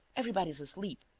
everbody's asleep.